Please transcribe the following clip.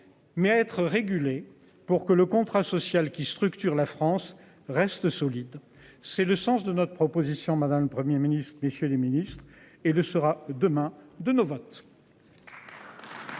Mais être régulée, pour que le contrat social qui structure la France reste solide. C'est le sens de notre proposition Madame le 1er Ministre messieurs les ministres, et le sera demain de nos votes.